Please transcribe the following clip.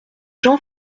jean